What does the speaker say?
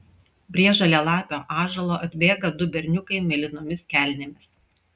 prie žalialapio ąžuolo atbėga du berniukai mėlynomis kelnėmis